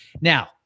Now